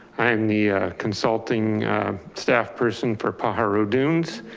i'm the consulting staff person for pajaro dunes.